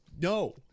no